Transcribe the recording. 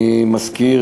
אני מזכיר,